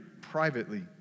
privately